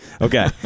Okay